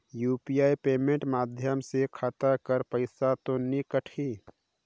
UPI payment माध्यम से खाता कर पइसा तो नी कटही?